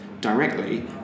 directly